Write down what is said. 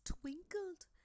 twinkled